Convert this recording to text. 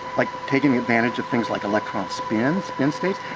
like taking advantage of things like electron spin, spin states.